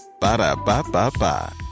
Ba-da-ba-ba-ba